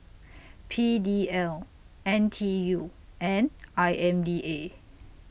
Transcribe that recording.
P D L N T U and I M D A